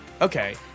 Okay